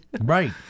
Right